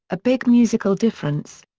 a big musical difference.